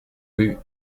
rue